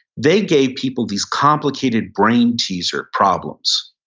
they gave people these complicated brain teaser problems.